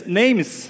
names